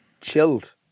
Chilled